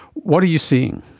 what are you seeing?